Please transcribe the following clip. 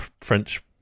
French